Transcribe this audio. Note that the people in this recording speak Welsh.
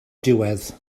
diwedd